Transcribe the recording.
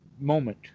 moment